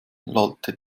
lallte